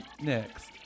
next